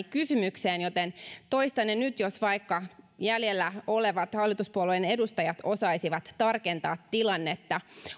kysymykseen joten toistan ne nyt jos vaikka jäljellä olevat hallituspuolueen edustajat osaisivat tarkentaa tilannetta